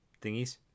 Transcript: Thingies